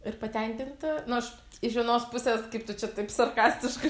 ir patenkinta nu aš iš vienos pusės kaip tu čia taip sarkastiškai